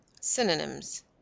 Synonyms